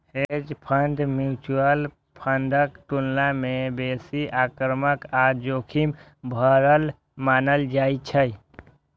hedge fund mutual फंडक तुलना मे बेसी आक्रामक आ जोखिम भरल मानल जाइ छै